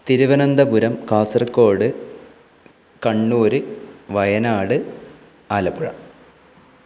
Thiruvananthapuram Kasaragod Kannur Wayanad Alappuzha